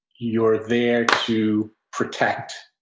you're there to protect,